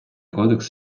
кодекс